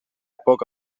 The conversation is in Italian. poco